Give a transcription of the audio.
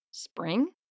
Spring